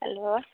hello